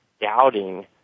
doubting